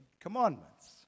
Commandments